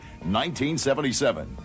1977